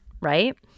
right